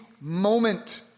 moment